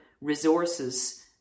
resources